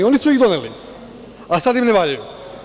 Oni su ih doneli, a sad im ne valjaju.